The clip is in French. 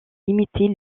limiter